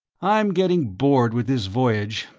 i'm getting bored with this voyage.